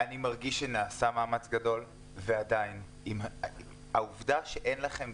שנעשה מאמץ גדול ועדיין, העובדה שאין עליכם,